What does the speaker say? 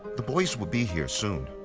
the boys will be here soon.